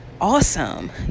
Awesome